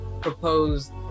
proposed